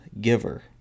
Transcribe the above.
Giver